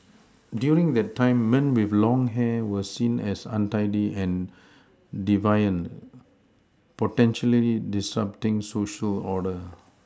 during that time men with long hair were seen as untidy and deviant potentially disrupting Social order